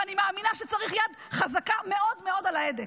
ואני מאמינה שצריך יד חזקה מאוד מאוד על ההדק.